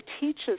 teaches